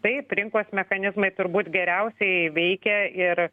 taip rinkos mechanizmai turbūt geriausiai veikia ir